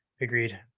Agreed